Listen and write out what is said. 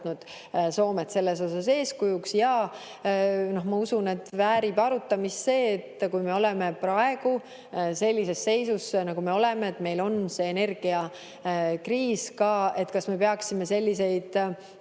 Soomet selles osas eeskujuks. Ma usun, et väärib arutamist see, et kui me oleme praegu sellises seisus, nagu me oleme, meil on ka energiakriis, siis kas me peaksime selliseid